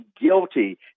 guilty